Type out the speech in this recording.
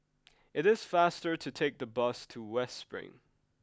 it is faster to take the bus to West Spring